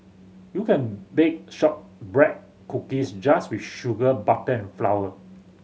you can bake shortbread cookies just with sugar butter and flour